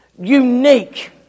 unique